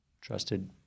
trusted